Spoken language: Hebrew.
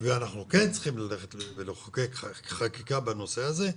ואנחנו כן צריכים ללכת ולחוקק חקיקה בנושא הזה,